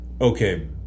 okay